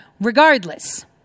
regardless